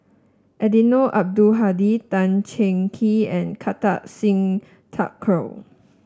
Eddino Abdul Hadi Tan Cheng Kee and Kartar Singh Thakral